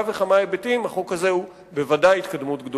וכמה היבטים החוק הזה הוא בוודאי התקדמות.